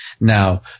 now